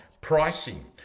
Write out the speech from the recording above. pricing